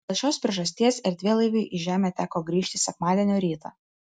dėl šios priežasties erdvėlaiviui į žemę teko grįžti sekmadienio rytą